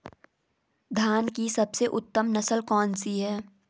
धान की सबसे उत्तम नस्ल कौन सी है?